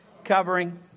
covering